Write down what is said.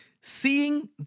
Seeing